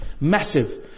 massive